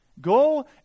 Go